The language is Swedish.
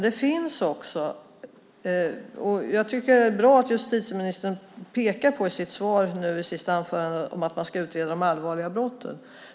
Det är bra att justitieministern i sitt senaste inlägg pekar på att man ska utreda de allvarliga brotten.